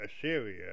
Assyria